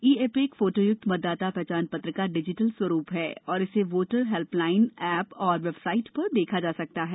ई EPIC फोटोयुक्त मतदाता पहचान पत्र का डिजिटल स्वरूप है और इसे वोटर हेल्पलाइन ऐप तथा वेबसाइट पर देखा जा सकता है